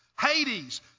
Hades